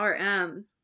RM